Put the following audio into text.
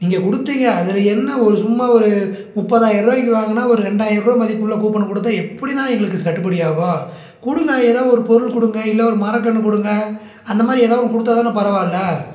நீங்கள் கொடுத்தீங்க அதில் என்ன ஒரு சும்மா ஒரு முப்பதாயிருவாக்கி வாங்கினா ஒரு ரெண்டாயிருபா மதிப்புள்ள கூப்பனை கொடுத்தா எப்படிண்ணா எங்களுக்கு கட்டுப்படி ஆகும் கொடுங்க எதா ஒரு பொருள் கொடுங்க இல்லை ஒரு மர கன்று கொடுங்க அந்த மாதிரி எதாவது ஒன்று கொடுத்தா தான் பரவாயில்லை